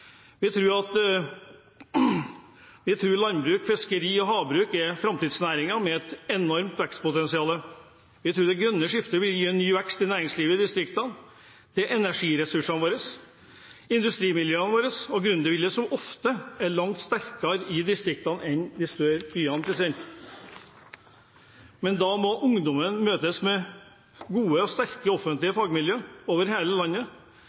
Vi tror landbruk, fiskeri og havbruk er framtidsnæringer med et enormt vekstpotensial. Vi tror det grønne skiftet vil gi ny vekst til næringslivet i distriktene, for energiressursene våre, til industrimiljøene våre og gründerviljen, som ofte er langt sterkere i distriktene enn i de store byene. Men da må ungdommen møtes med gode og sterke offentlige fagmiljøer over hele landet.